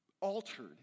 altered